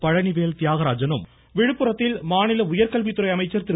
பழனிவேல்தியாகராஜனும் விழுப்புரத்தில் மாநில உயர்கல்வித்துறை அமைச்சர் திரு